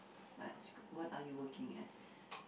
I ask you what are you working as